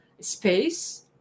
space